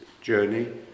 journey